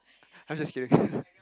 I'm just kidding